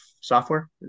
software